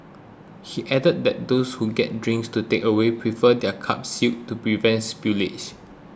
he added that those who get drinks to takeaway prefer their cups sealed to prevent spillage